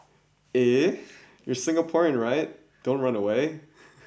eh you're Singaporean right don't run away